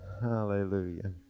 hallelujah